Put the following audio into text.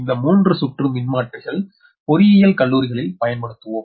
இந்த 3 சுற்று மின்மாற்றிகள் பொறியியல் கல்லூரிகளில் பயன்படுத்துவோம்